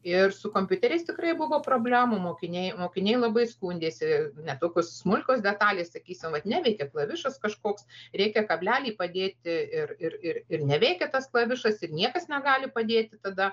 ir su kompiuteriais tikrai buvo problemų mokiniai mokiniai labai skundėsi net tokios smulkios detalės sakysim vat neveikia klavišas kažkoks reikia kablelį padėti ir ir ir ir neveikia tas klavišas ir niekas negali padėti tada